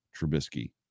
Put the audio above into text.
Trubisky